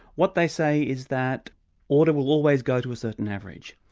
what they say is that order will always go to a certain average,